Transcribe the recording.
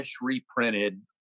reprinted